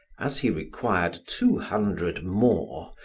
as he required two hundred more,